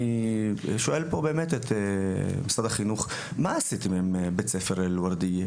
אני שואל את משרד החינוך מה עשיתם עם בית ספר אל-ורדייה?